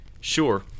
Sure